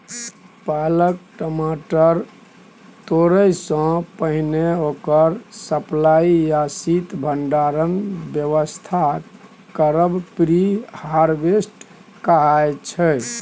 पाकल टमाटर तोरयसँ पहिने ओकर सप्लाई या शीत भंडारणक बेबस्था करब प्री हारवेस्ट कहाइ छै